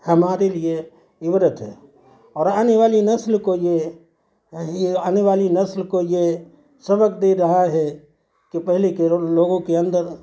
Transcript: ہمارے لیے عبرت ہے اور آنے والی نسل کو یہ آنے والی نسل کو یہ سبق دے رہا ہے کہ پہلے کے لوگوں کے اندر